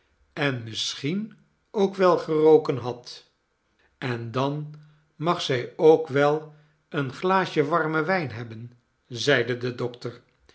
en misschien ook wel geroken had en dan mag zij ook wel een glaasje warme wijn hebben zeide de dokter